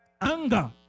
anger